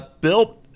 Bill